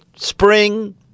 Spring